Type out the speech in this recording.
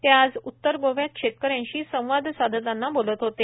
ते आज उत्तर गोव्यात शेतकऱ्यांशी संवाद साधताना बोलत होते